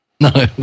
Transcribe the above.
No